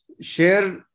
share